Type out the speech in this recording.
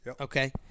okay